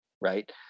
right